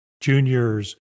juniors